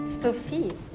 Sophie